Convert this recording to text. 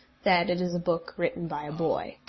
that it is a book written by a boy.